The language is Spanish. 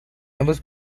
ambos